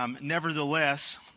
Nevertheless